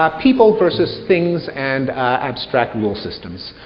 ah people versus things, and abstract rule systems.